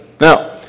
Now